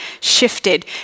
shifted